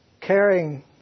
caring